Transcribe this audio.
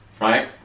right